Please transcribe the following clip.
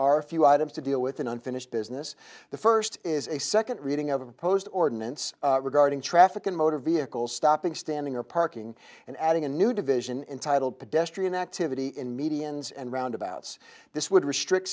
are a few items to deal with an unfinished business the first is a second reading of a post ordinance regarding traffic and motor vehicle stopping standing or parking and adding a new division entitled pedestrian activity in medians and roundabouts this would restrict